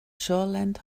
shoreland